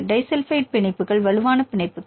disulphide பிணைப்புகள் வலுவான பிணைப்புகள்